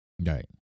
Right